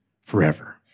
forever